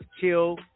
kill